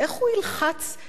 איך הוא יעמוד בזה,